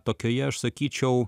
tokioje aš sakyčiau